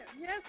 yes